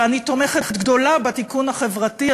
ואני תומכת גדולה בתיקון החברתי,